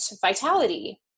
vitality